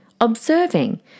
observing